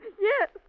Yes